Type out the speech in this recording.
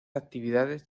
actividades